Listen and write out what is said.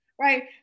right